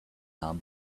calm